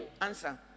answer